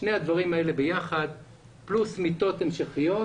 שני הדברים האלה ביחס פלוס מיטות המשכיות